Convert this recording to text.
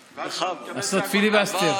בכבוד, לעשות פיליבסטר?